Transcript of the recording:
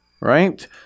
Right